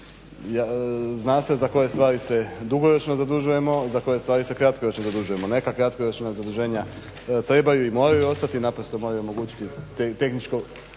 zna se za koje stvari se dugoročno zadužujemo, za koje stvari se kratkoročno zadužujemo. Neka kratkoročna zaduženja trebaju i moraju ostati, naprosto moraju omogućiti tehničko